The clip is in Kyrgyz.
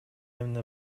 эмне